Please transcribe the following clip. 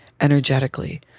energetically